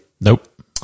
Nope